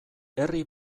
herri